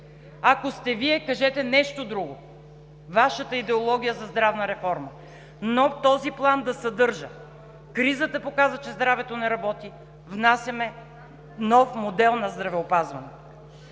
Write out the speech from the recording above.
Ако сте Вие – кажете нещо друго, Вашата идеология за здравна реформа, но този план да съдържа – кризата показа, че здравето не работи, внасяме нов модел на здравеопазване.